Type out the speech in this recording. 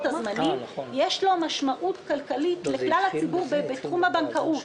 הזמנים יש לו משמעות כלכלית לכלל הציבור בתחום הבנקאות.